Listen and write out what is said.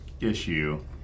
issue